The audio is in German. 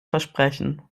versprechen